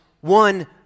one